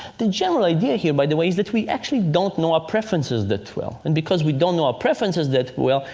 the general idea here, by the way, is that we actually don't know our preferences that well. and because we don't know our preferences that well,